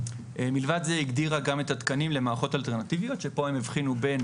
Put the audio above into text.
מלבד זה גם הגדירה גם את התקנות למערכות אלטרנטיביות שפה הם הבחינו בין